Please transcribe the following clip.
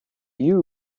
you